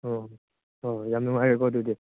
ꯍꯣ ꯍꯣꯏ ꯍꯣꯏ ꯌꯥꯝ ꯅꯨꯡꯉꯥꯏꯔꯦꯀꯣ ꯑꯗꯨꯗꯤ